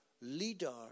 leader